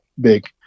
big